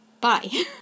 Bye